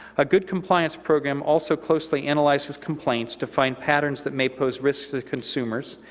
a good compliance program also closely analyzes complaints to find patterns that may pose risks to consumers,